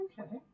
Okay